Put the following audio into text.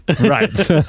Right